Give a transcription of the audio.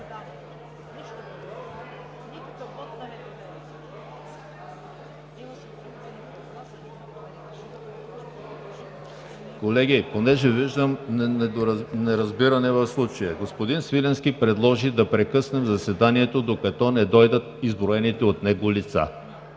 Колеги, понеже виждам неразбиране в случая. Господин Свиленски предложи да прекъснем заседанието, докато не дойдат изброените от него лица.